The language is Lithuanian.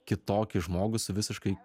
kitokį žmogų su visiškai